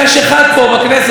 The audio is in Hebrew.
יש פה אחד בכנסת,